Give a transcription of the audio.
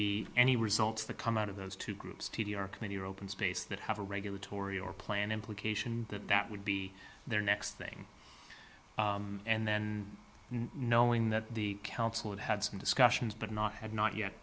be any results that come out of those two groups t d r committee or open space that have a regulatory or planned implication that that would be their next thing and then knowing that the council had had some discussions but not had not yet